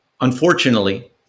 Unfortunately